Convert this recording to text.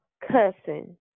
cussing